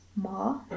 more